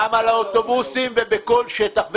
גם על האוטובוסים ובכל שטח.